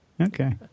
Okay